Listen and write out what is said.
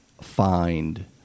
find